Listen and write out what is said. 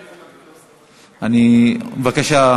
בבקשה,